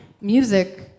music